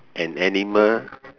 an animal